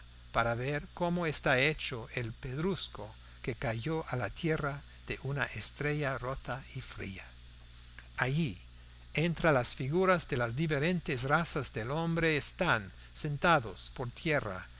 para ver como está hecho el pedrusco que cayó a la tierra de una estrella rota y fría allí entre las figuras de las diferentes razas del hombre están sentados por tierra